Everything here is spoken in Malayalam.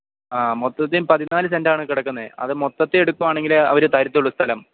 ആ മൊത്തത്തിൽ പതിനാല് സെൻ്റാണ് കിടക്കുന്നത് അത് മൊത്തത്തിൽ എടുക്കുവാണെങ്കിലേ അവർ തരത്തുള്ളു സ്ഥലം